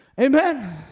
Amen